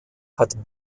hat